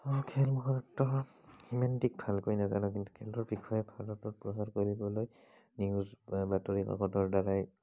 খেল বৰ্তমান ইমান ঠিক ভালকৈ নাজানো কিন্তু খেলটোৰ বিষয়ে ভাৰতত প্ৰচাৰ কৰিবলৈ নিউজ বা বাতৰিকাকতৰ দ্বাৰাই